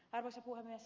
arvoisa puhemies